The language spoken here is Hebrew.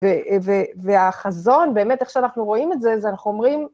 והחזון באמת, איך שאנחנו רואים את זה, זה אנחנו אומרים...